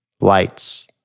lights